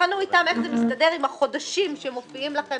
תבחנו אתם איך זה מסתדר עם החודשים שמופיעים לכם,